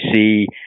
see